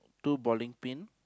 two bowling pin